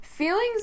feelings